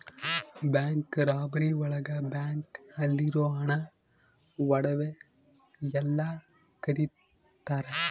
bank robbery ಒಳಗ bank ಅಲ್ಲಿರೋ ಹಣ ಒಡವೆ ಎಲ್ಲ ಕದಿತರ